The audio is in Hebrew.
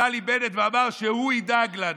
נפתלי בנט, ואמר שהוא ידאג לנו.